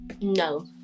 No